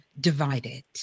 divided